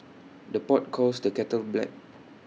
the pot calls the kettle black